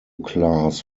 class